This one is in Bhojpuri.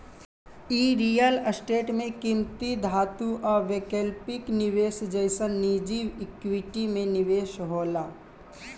इ रियल स्टेट में किमती धातु आ वैकल्पिक निवेश जइसन निजी इक्विटी में निवेश होला